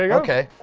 ah okay.